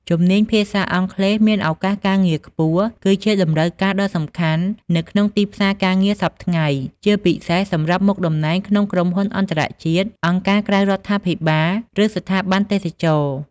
ជំនាញភាសាអង់គ្លេសមានឱកាសការងារខ្ពស់គឺជាតម្រូវការដ៏សំខាន់នៅក្នុងទីផ្សារការងារសព្វថ្ងៃ ជាពិសេសសម្រាប់មុខតំណែងក្នុងក្រុមហ៊ុនអន្តរជាតិ អង្គការក្រៅរដ្ឋាភិបាល ឬស្ថាប័នទេសចរណ៍។